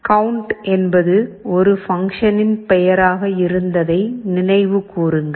count என்பது ஒரு பங்க்ஷனின் பெயராக இருந்ததை நினைவு கூறுங்கள்